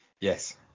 Yes